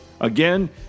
Again